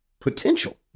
potential